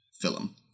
film